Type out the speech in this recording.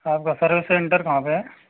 आपका service centre कहाँ पर है